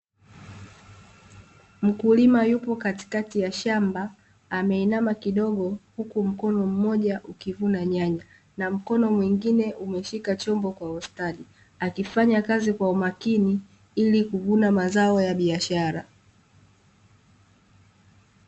Mkulima yupo katikati ya shamba ameinama kidogo, huku mkono mmoja ukivuna nyanya na mkono mwingine umeshika chombo kwa ustadi. Akifanya kazi kwa umakini ili kuvuna mazao ya biashara.